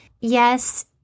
yes